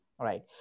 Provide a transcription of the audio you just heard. right